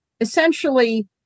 Essentially